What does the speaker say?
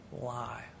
lie